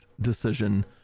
decision